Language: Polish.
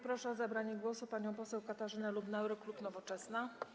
Proszę o zabranie głosu panią poseł Katarzynę Lubnauer, klub Nowoczesna.